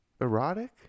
erotic